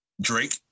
Drake